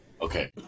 Okay